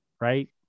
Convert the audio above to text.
right